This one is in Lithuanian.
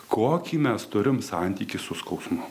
kokį mes turim santykį su skausmu